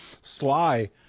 Sly